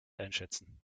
einschätzen